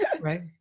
right